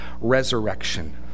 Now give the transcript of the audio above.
resurrection